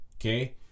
Okay